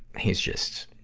he's just,